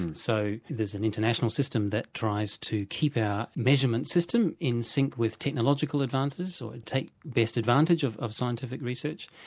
and so there's an international system that tries to keep our measurement system in sync with technological advances or take best advantage of of scientific research.